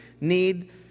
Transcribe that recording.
need